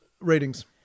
ratings